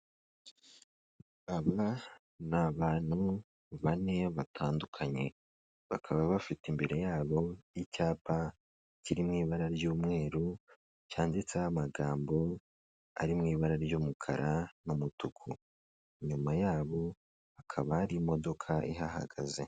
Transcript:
aba ni abantu bane batandukanye, bakaba bafite imbere yabo y'icyapa kiri mu ibara ry'umweru cyanditseho amagambo ari mu ibara ry'umukara n'umutuku, inyuma yabo hakaba hari imodoka ihahagaze.